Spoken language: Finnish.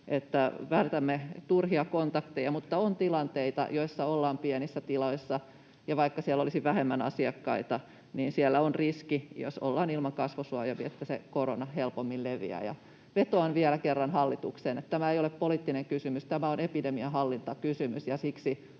vältämme turhia kontakteja, mutta on tilanteita, joissa ollaan pienissä tiloissa, ja vaikka siellä olisi vähemmän asiakkaita, niin siellä on riski, jos ollaan ilman kasvosuojaimia, että se korona helpommin leviää. Vetoan vielä kerran hallitukseen: tämä ei ole poliittinen kysymys, tämä on epidemianhallintakysymys,